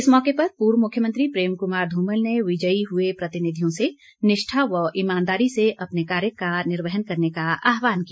इस मौके पर पूर्व मुख्यमंत्री प्रेम कुमार धूमल ने विजयी हए प्रतिनिधियों से निष्ठा व ईमानदारी से अपने कार्य का निर्वहन करने का आहवान किया